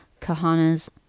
Kahana's